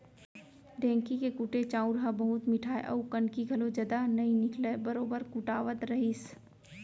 ढेंकी के कुटे चाँउर ह बहुत मिठाय अउ कनकी घलौ जदा नइ निकलय बरोबर कुटावत रहिस